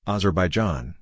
Azerbaijan